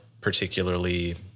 particularly